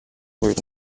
were